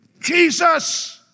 Jesus